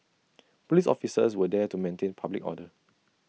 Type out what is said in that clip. Police officers were there to maintain public order